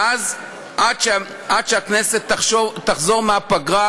ואז, עד שהכנסת תחזור מהפגרה,